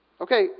Okay